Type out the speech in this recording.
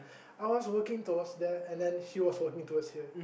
I was walking towards there and then she was walking towards here